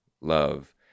love